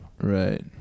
right